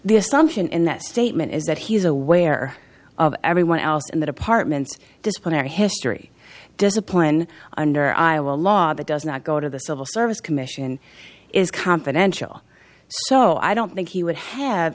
the assumption in that statement is that he is aware of everyone else in the departments disciplinary history discipline under iowa law that does not go to the civil service commission is confidential so i don't think he would have